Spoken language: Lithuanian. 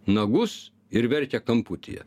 nagus ir verkia kamputyje